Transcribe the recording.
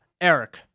Eric